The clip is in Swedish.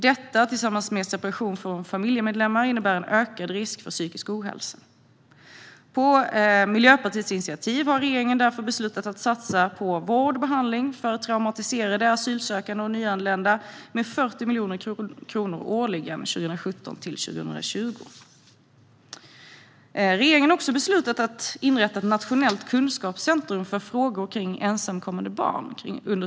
Detta tillsammans med separation från familjemedlemmar innebär en ökad risk för psykisk ohälsa. På Miljöpartiets initiativ har regeringen därför beslutat att satsa 40 miljoner kronor årligen 2017-2020 på vård och behandling för traumatiserade asylsökande och nyanlända. Regeringen har också beslutat att inom Socialstyrelsen inrätta ett nationellt kunskapscentrum för frågor kring ensamkommande barn.